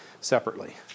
separately